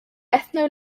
ethno